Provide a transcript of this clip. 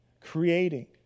creating